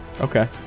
Okay